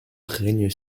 règne